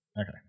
okay